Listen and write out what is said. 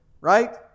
right